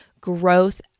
growth